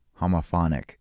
homophonic